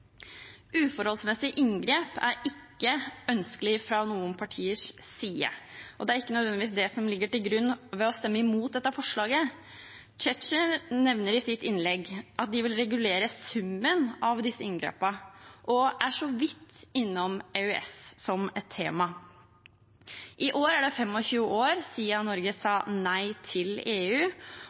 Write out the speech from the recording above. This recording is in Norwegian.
inngrep er ikke ønskelig fra noen partiers side, og det er ikke nødvendigvis det som ligger til grunn for å stemme imot dette forslaget. Representanten Tetzschner nevner i sitt innlegg at de vil regulere summen av disse inngrepene, og han er så vidt innom EØS som et tema. I år er det 25 år siden Norge sa nei til EU,